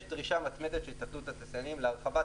יש דרישה מתמדת של התאחדות התעשיינים להרחבת